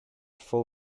full